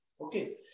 Okay